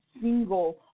single